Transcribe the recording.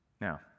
Now